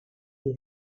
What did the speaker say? pie